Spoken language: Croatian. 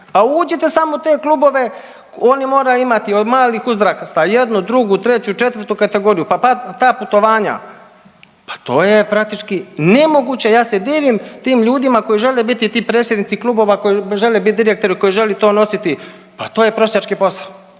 A uđite samo u te klubove oni moraju imati od malih uzrasta jednu, drugu, treću, četvrtu kategoriju pa ta putovanja pa to je praktički nemoguće. Ja se divim tim ljudima koji žele biti ti predsjednici klubova koji žele biti direktori koji želi to nositi, pa to je prosjački posao.